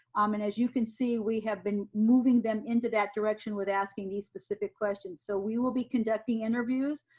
um and as you can see we have been moving them into that direction with asking these specific questions. so we will be conducting interviews,